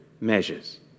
measures